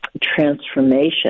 transformation